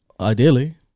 Ideally